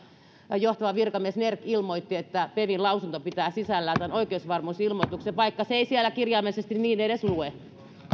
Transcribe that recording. johtava virkamies nerg ilmoitti että pevin lausunto pitää sisällään tämän oikeusvarmuusilmoituksen vaikka sitä ei siellä kirjaimellisesti edes lue